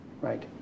right